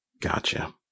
Gotcha